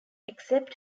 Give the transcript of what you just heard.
except